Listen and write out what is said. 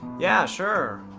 yeah, sure.